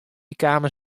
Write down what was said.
kamen